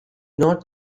not